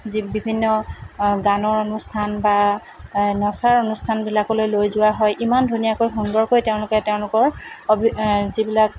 যি বিভিন্ন গানৰ অনুষ্ঠান বা নচাৰ অনুষ্ঠানবিলাকলৈ লৈ যোৱা হয় ইমান ধুনীয়াকৈ সুন্দৰকৈ তেওঁলোকে তেওঁলোকৰ অবি যিবিলাক